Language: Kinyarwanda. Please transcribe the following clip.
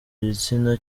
gitsina